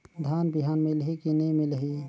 धान बिहान मिलही की नी मिलही?